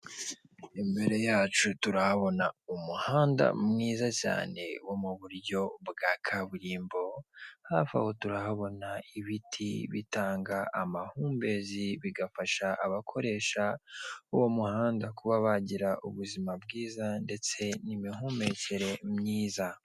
Imbere yacu turahabona umuhanda mwiza cyane wo mu buryo bwa kaburimbo, hafi aho turahabona ibiti bitanga amahumbezi bigafasha abakoresha uwo muhanda kuba bagira ubuzima bwiza ndetse n'imihumekere myiza.